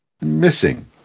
missing